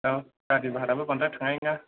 औ गारि भारायाबो बांद्राय थांनाय नङा